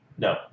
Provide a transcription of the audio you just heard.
No